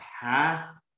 path